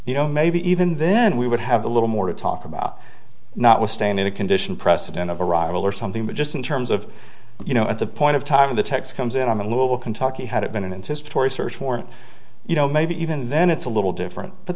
you know maybe even then we would have a little more to talk about not withstand it a condition precedent of arrival or something but just in terms of you know at the point of time the text comes in i'm a little kentucky had it been an interest toward a search warrant you know maybe even then it's a little different but